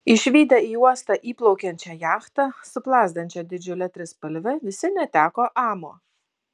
išvydę į uostą įplaukiančią jachtą su plazdančia didžiule trispalve visi neteko amo